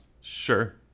Sure